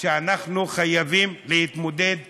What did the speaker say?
שאנחנו חייבים להתמודד אתה.